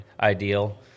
ideal